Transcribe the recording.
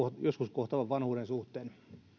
joskus kohtaavan vanhuuden suhteen